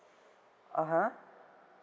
(uh huh)